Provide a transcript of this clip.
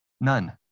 None